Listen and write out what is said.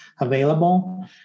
available